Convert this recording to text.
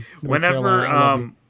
Whenever